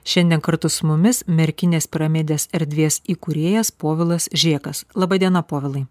šiandien kartu su mumis merkinės piramidės erdvės įkūrėjas povilas žėkas laba diena povilai